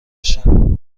بشم